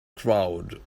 crowd